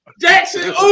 Jackson